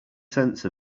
sense